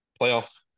playoff